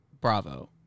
Bravo